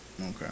Okay